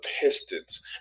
Pistons